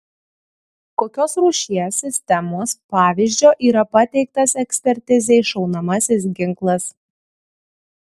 kokios rūšies sistemos pavyzdžio yra pateiktas ekspertizei šaunamasis ginklas